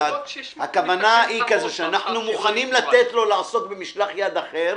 הכוונה היא שאנחנו מוכנים לתת לו לעסוק במשלח יד אחר